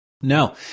No